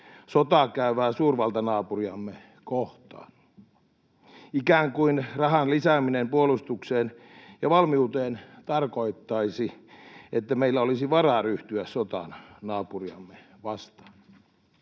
sotaa käyvää suurvaltanaapuriamme kohtaan. Ikään kuin rahan lisääminen puolustukseen ja valmiuteen tarkoittaisi, että meillä olisi varaa ryhtyä sotaan naapuriamme vastaan.